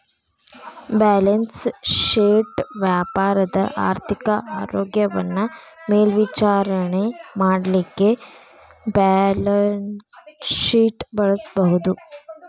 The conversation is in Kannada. ಬ್ಯಾಲೆನ್ಸ್ ಶೇಟ್ ವ್ಯಾಪಾರದ ಆರ್ಥಿಕ ಆರೋಗ್ಯವನ್ನ ಮೇಲ್ವಿಚಾರಣೆ ಮಾಡಲಿಕ್ಕೆ ಬ್ಯಾಲನ್ಸ್ಶೇಟ್ ಬಳಸಬಹುದು